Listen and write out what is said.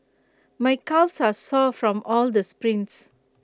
my calves are sore from all the sprints